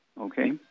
Okay